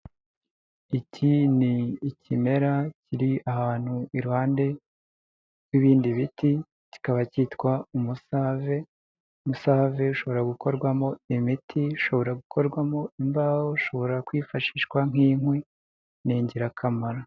Iki ni ikimera kiri ahantu iruhande rw'ibindi biti, kikaba cyitwa umusave. Umusave ushobora gukorwamo imiti, ishobora gukorwamo imbaho, ushobora kwifashishwa nk'inkwi ni ingirakamaro.